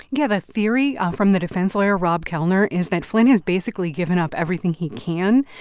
yeah, the theory from the defense lawyer rob kelner is that flynn has basically given up everything he can,